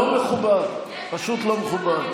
זה